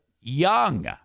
young